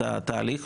את התהליך.